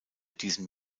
diesen